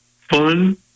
fun